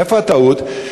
איפה הטעות?